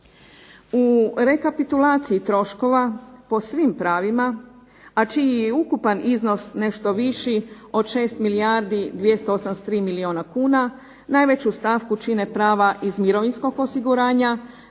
U rekapitulaciji troškova, po svim pravima, a čiji je ukupan iznos nešto viši od 6 milijardi 283 milijuna kuna, najveću stavku čine prava iz mirovinskog osiguranja